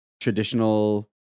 traditional